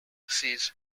sees